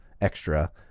extra